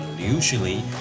Usually